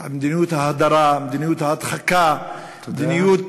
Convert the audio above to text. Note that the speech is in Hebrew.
מדיניות ההדרה, מדיניות ההדחקה, מדיניות